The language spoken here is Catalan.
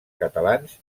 catalans